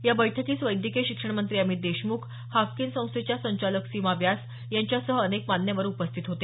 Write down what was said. या बैठकीस वैद्यकीय शिक्षण मंत्री अमित देशमुख हाफकिन संस्थेच्या संचालक सीमा व्यास यांच्यासह अनेक मान्यवर उपस्थित होते